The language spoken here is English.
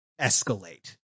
escalate